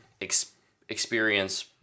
experience